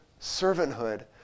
servanthood